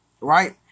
right